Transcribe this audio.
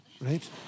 right